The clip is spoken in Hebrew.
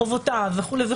חובותיו וכו'